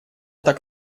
так